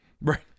Right